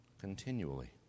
continually